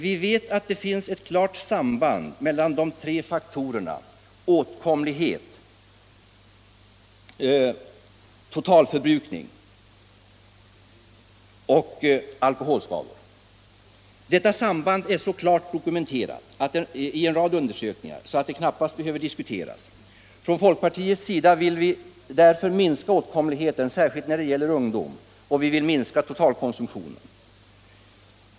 Vi vet att det finns ett klart samband mellan de tre faktorerna åtkomlighet, totalförbrukning och alkoholskador. Detta samband är så klart dokumenterat i en rad undersökningar att det knappast behöver diskuteras. Från folkpartiets sida vill vi därför minska åtkomligheten, särskilt när det gäller ungdom, och vi vill också minska totalkonsumtionen.